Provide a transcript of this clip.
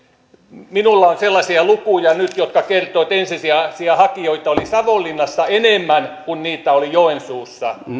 minulla on on sellaisia lukuja nyt jotka kertovat että ensisijaisia hakijoita oli savonlinnassa enemmän kuin niitä oli joensuussa